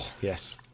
yes